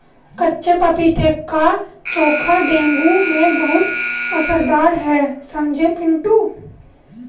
कच्चे पपीते का चोखा डेंगू में बहुत असरदार है समझे पिंटू